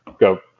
go